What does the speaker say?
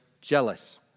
jealous